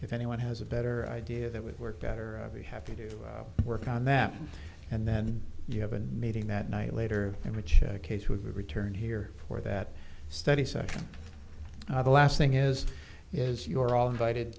if anyone has a better idea that would work better we have to work on that and then you have an meeting that night later in which case he would return here for that study said the last thing is is your all invited